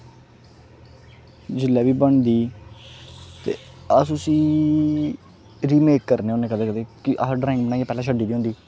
जेल्लै बी बनदी ते अस उसी जियां इक करने होन्ने कदें कदें असें ड्रांइग बनाइयै पैह्ले छड्डी दी होंदी